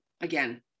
again